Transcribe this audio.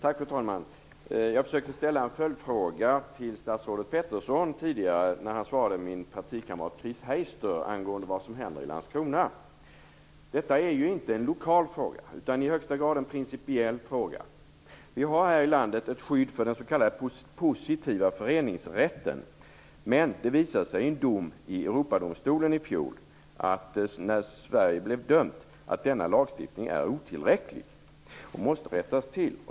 Fru talman! Jag försökte ställa en följdfråga till statsrådet Peterson tidigare när han svarade min partikamrat Chris Heister angående vad som händer i Landskrona. Detta är inte en lokal fråga utan i högsta grad en principiell fråga. Vi har här i landet ett skydd för den s.k. positiva föreningsrätten. Men det visade sig i en dom i Europadomstolen i fjol när Sverige blev dömt att denna lagstiftning är otillräcklig och måste rättas till.